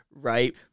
right